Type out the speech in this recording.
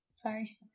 Sorry